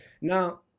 Now